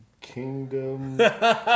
Kingdom